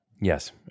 Yes